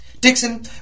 Dixon